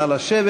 נא לשבת.